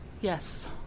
Yes